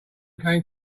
came